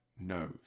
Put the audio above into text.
knows